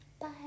Bye